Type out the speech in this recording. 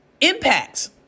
impacts